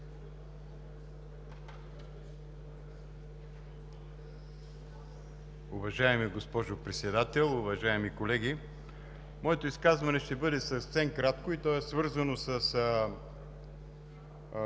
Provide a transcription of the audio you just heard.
Уважаема госпожо Председател, уважаеми колеги! Моето изказване ще бъде съвсем кратко и то е свързано с